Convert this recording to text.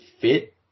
fit